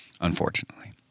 Unfortunately